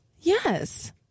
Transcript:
Yes